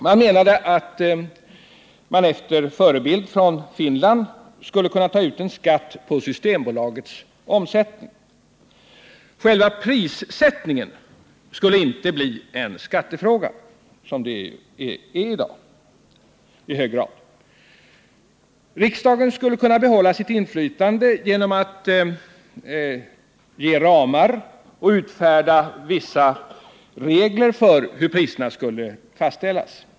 Man menade att det efter förebild från Finland skulle kunna tas ut en skatt på Systembolagets omsättning. Själva prissättningen skulle inte bli en skattefråga, såsom ju är fallet i dag. Riksdagen skulle kunna behålla sitt inflytande genom att ange ramar och utfärda vissa regler för hur priserna skall fastställas.